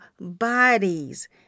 bodies